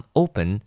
open